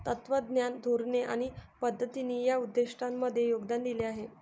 तत्त्वज्ञान, धोरणे आणि पद्धतींनी या उद्दिष्टांमध्ये योगदान दिले आहे